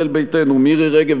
ישראל ביתנו: מירי רגב,